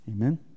Amen